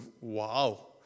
wow